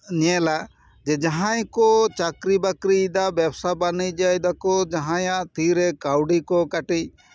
ᱧᱮᱞᱟ ᱡᱮ ᱡᱟᱦᱟᱸᱭ ᱠᱚ ᱪᱟᱠᱨᱤ ᱵᱟᱠᱨᱤᱭ ᱫᱟ ᱵᱮᱵᱥᱟ ᱵᱟᱱᱤᱡᱽ ᱮᱫᱟᱠᱚ ᱡᱟᱦᱟᱸᱭᱟᱜ ᱛᱤᱨᱮ ᱠᱟᱹᱣᱰᱤ ᱠᱚ ᱠᱟᱹᱴᱤᱡ